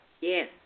Yes